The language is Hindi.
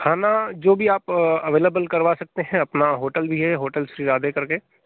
खाना जो भी आप अवेलेबल करवा सकते हैं अपना होटल भी है होटल से आर्डर करके